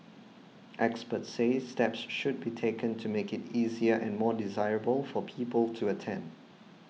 experts say steps should be taken to make it easier and more desirable for people to attend